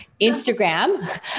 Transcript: Instagram